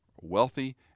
wealthy